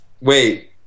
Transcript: wait